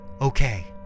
Okay